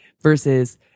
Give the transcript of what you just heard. versus